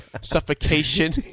Suffocation